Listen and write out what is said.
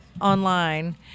online